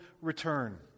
return